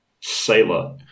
sailor